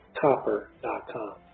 copper.com